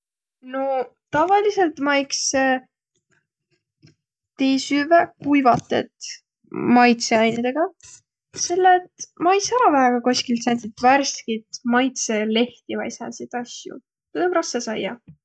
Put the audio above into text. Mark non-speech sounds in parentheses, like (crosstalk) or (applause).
No tavalisõlt ma tii süvväq iks kuivatõt maitsõainidõgaq. (noise) Selle et ma ei saaq väega koskilt sääntsit värskit maitsõlehti vai sääntsit asjo, tuud om rassõ saiaq.